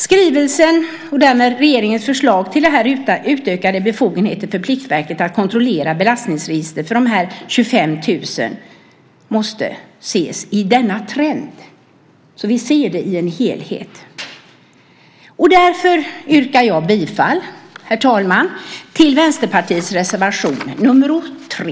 Skrivelsen och därmed regeringens förslag till utökade befogenheter för Pliktverket att kontrollera belastningsregistret när det gäller dessa 25 000 måste ses mot bakgrund av denna trend så att vi får en helhetssyn. Jag yrkar bifall till Vänsterpartiets reservation 3.